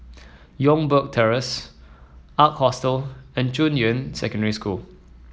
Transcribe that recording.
Youngberg Terrace Ark Hostel and Junyuan Secondary School